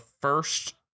first